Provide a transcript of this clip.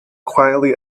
quietly